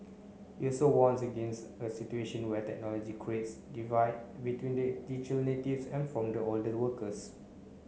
he also warns against a situation where technology creates divide between the digital natives and from the workers